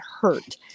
hurt